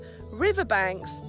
riverbanks